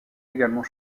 également